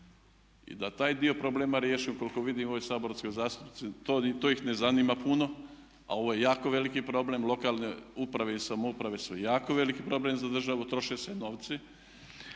I da taj dio problema riješimo, koliko vidim ove saborske zastupnike, to ih ne zanima puno a ovo je jako veliki problem, lokalne uprave i samouprave su jako veliki problem za državu, troše se novci.